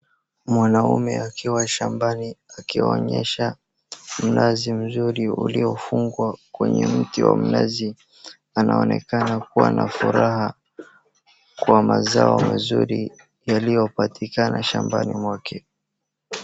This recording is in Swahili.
Mwanaume akiwa shambani akionyesha mnazi mzuri uliofungwa kwenye mti wa mnazi. Anaonekana kuwa na furaha kwa mazao mazuri yaliyopatikana shambani mwake.